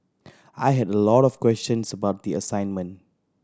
I had a lot of questions about the assignment